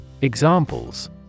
Examples